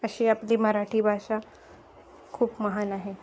अशी आपली मराठी भाषा खूप महान आहे